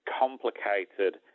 complicated